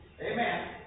Amen